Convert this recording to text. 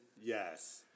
Yes